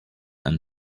and